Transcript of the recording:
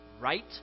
right